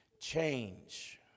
Change